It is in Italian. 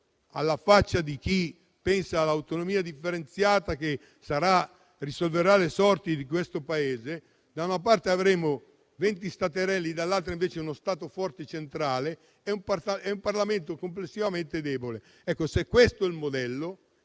alla faccia di chi pensa all'autonomia differenziata che risolverà le sorti di questo Paese - da una parte avremo venti staterelli e dall'altra uno Stato centrale forte - si prospetta un Parlamento complessivamente debole. Se questo è il modello